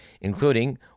including